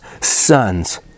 sons